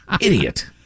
idiot